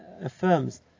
affirms